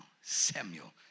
Samuel